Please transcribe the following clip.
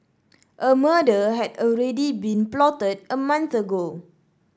a murder had already been plotted a month ago